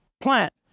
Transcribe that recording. plant